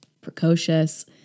precocious